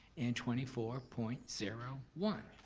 and twenty four point zero one.